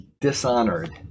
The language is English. dishonored